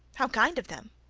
how kind of them!